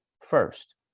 first